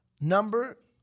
number